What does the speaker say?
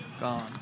Gone